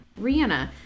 Rihanna